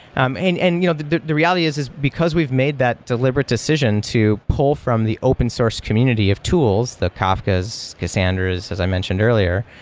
um and and you know the the reality is, is because we've made that deliberate decision to pull from the open source community of tools, the kafkas, cassandras, as i mentioned earlier,